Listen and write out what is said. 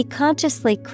consciously